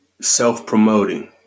self-promoting